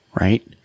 right